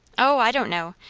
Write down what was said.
o, i don't know!